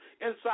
inside